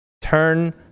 turn